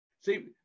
See